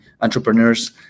entrepreneurs